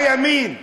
הימין,